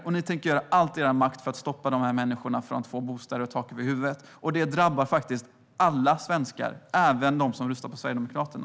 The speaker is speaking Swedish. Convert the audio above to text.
Och ni tänker göra allt i er makt för att stoppa dessa människor från att få bostäder och tak över huvudet. Det drabbar faktiskt alla svenskar, även dem som röstar på Sverigedemokraterna.